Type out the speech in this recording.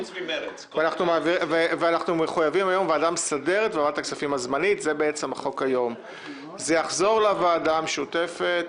אבל היום יש את ועדת הכספים הזמנית ואת הוועדה המסדרת.